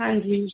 ਹਾਂਜੀ